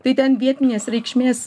tai ten vietinės reikšmės